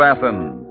Athens